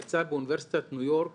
הם מצאו באוניברסיטת ניו יורק